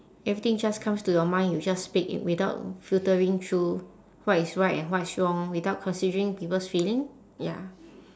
everything just comes to your mind you just speak it without filtering through what is right and what is wrong without considering people's feeling ya